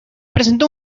presentó